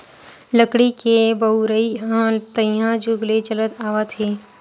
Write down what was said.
लकड़ी के बउरइ ह तइहा जुग ले चलत आवत हे